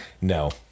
No